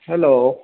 hello